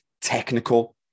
technical